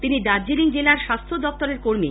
তিনি দার্জিলিং জেলার স্বাস্থ্য দফতরের কর্মী